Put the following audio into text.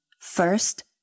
first